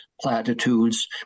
platitudes